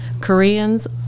Koreans